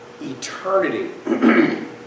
eternity